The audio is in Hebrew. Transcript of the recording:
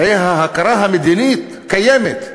הרי ההכרה המדינית קיימת,